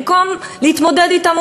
במקום להתמודד אתם,